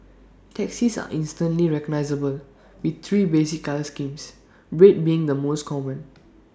taxis are instantly recognisable with three basic colour schemes red being the most common